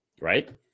Right